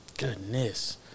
Goodness